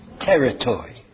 territory